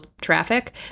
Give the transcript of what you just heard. traffic